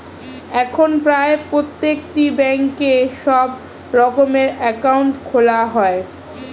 এখন প্রায় প্রত্যেকটি ব্যাঙ্কে সব রকমের অ্যাকাউন্ট খোলা যায়